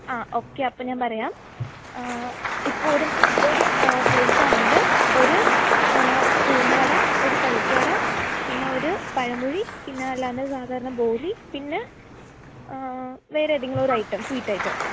ആ ഓക്കെ അപ്പോള് ഞാൻ പറയാം ഇപ്പോള് ഒരു ഒരു പ്ലേറ്റാണെങ്കില് ഒരു ഉഴുന്നുവട ഒരു പരിപ്പുവട പിന്നെ ഒരു പഴംപൊരി പിന്നെ അല്ലാതെ സാധാരണ ബോളി പിന്നെ വേറെ ഏതെങ്കിലമൊരു ഐറ്റം സ്വീറ്റ് ഐറ്റം